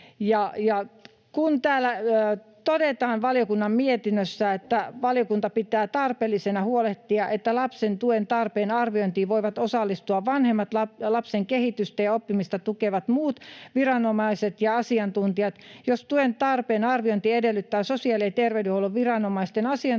Täällä valiokunnan mietinnössä todetaan: ”Valiokunta pitää tarpeellisena huolehtia, että lapsen tuen tarpeen arviointiin voivat osallistua vanhemmat, lapsen kehitystä ja oppimista tukevat muut viranomaiset ja asiantuntijat. Jos tuen tarpeen arviointi edellyttää sosiaali- ja terveydenhuollon viranomaisten asiantuntemusta,